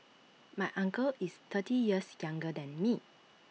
my uncle is thirty years younger than me